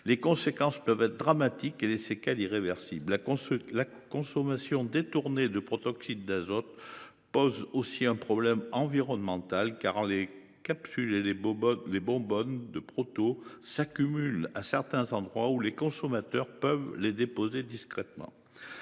des conséquences dramatiques et occasionner des séquelles irréversibles. La consommation détournée de protoxyde d’azote pose aussi un problème environnemental, car les capsules et les bonbonnes de « proto » s’accumulent dans certains endroits où les consommateurs peuvent les déposer discrètement.